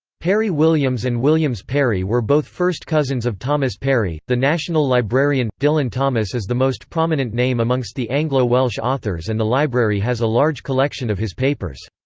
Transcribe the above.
parry-williams and williams parry were both first cousins of thomas parry, the national librarian dylan thomas is the most prominent name amongst the anglo-welsh authors and the library has a large collection of his papers.